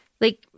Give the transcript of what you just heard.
like-